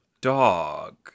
dog